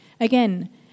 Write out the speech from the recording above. Again